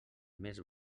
més